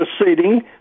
proceeding